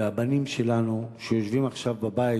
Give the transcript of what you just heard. והבנים שלנו שיושבים עכשיו בבית,